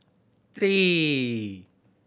three